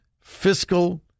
fiscal